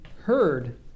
heard